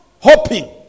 Hoping